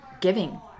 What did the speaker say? giving